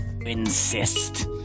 insist